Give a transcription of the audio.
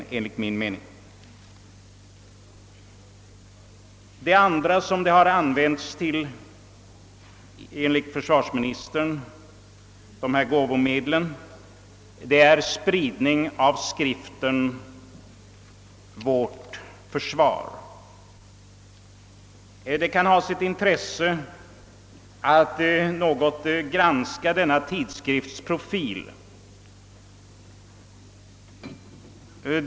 Det andra ändamål till vilket gåvomedlen gått är enligt försvarsministern spridning av skriften Vårt Försvar. Det kan ha sitt intresse att något granska denna tidskrifts profil.